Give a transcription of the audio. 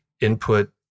input